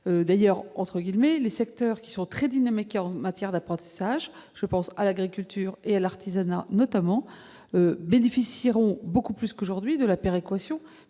apprenti. D'ailleurs, les secteurs qui sont très dynamiques en matière d'apprentissage- je pense notamment à l'agriculture et à l'artisanat -bénéficieront beaucoup plus qu'aujourd'hui de la péréquation,